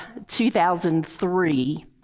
2003